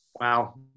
Wow